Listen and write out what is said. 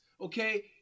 okay